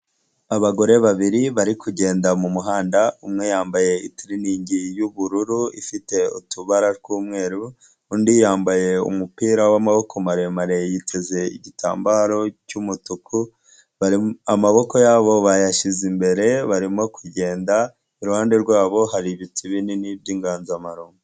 Abagore babiri bari kugenda mumuhanda, umwe yambaye turinkingi y'ubururu ifite utubara tw'umweru, undi yambaye umupira w'amaboko maremare yiteze igitambaro cy'umutuku, amaboko yabo bayashyize imbere barimo kugenda, iruhande rwabo hari ibiti binini by'inganzamarumbo.